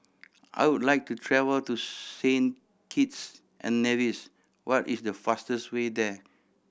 I would like to travel to Saint Kitts and Nevis what is the fastest way there